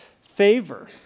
favor